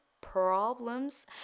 problems